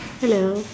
hello